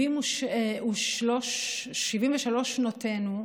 73 שנותינו,